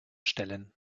stellen